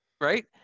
right